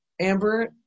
amber